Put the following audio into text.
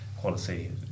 quality